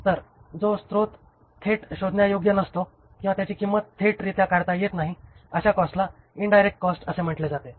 तर जो स्त्रोत थेट शोधण्यायोग्य नसतो आणि त्याची किंमत थेट रित्या काढता येत नाही अशा कॉस्ट ला इंदायरूक्ट कॉस्ट असे म्हटले जाते